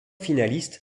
finaliste